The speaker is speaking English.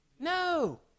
No